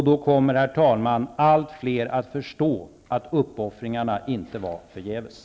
Då kommer, herr talman, allt fler att förstå att uppoffringarna inte var förgäves.